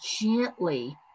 gently